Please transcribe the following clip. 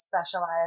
specialize